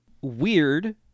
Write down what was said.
weird